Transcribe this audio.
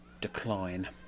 decline